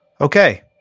Okay